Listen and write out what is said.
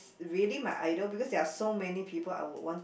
really my idol because there are so many people I would want